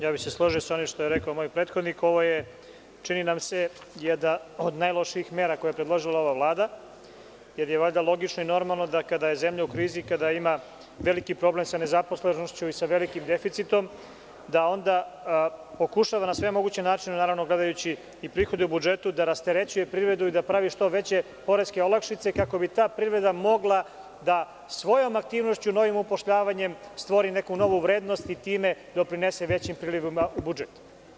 Ja bi se složio sa onim što je rekao moj prethodnik, ovo je čini mi se da od najlošijih mera koje je predložila ova Vlada, jer je valjda logično i normalno da kada je zemlja u krizi i kada ima veliki problem sa nezaposlenošću i sa velikim deficitom, da onda pokušava na sve moguće načine, naravno gledajući i prihode u budžetu, da rasterećuje privredu i da pravi što veće poreske olakšice kako bi ta privreda mogla da svojom aktivnošću, novim upošljavanjem stvori neku novu vrednost i time doprinese većim prilivima u budžet.